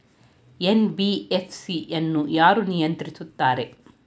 NBFC ಅನ್ನು ಯಾರು ನಿಯಂತ್ರಿಸುತ್ತಾರೆ?